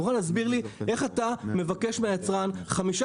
אתה יכול להסביר לי איך אתה מבקש מהיצרן חמישה